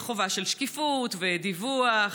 חובה של שקיפות ודיווח,